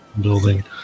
building